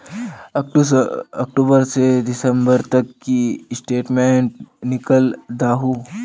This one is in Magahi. अक्टूबर से दिसंबर तक की स्टेटमेंट निकल दाहू?